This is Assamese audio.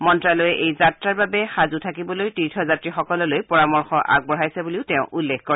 মন্তালয়ে এই যাত্ৰাৰ বাবে সাজু থাকিবলৈ তীৰ্থযাত্ৰীসকললৈ পৰামৰ্শ আগবঢ়াইছে বুলিও তেওঁ উল্লেখ কৰে